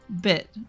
bit